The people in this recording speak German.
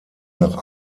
nach